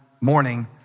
morning